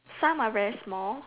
some are very small